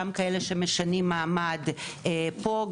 גם כאלו שמשנים מעמד פה,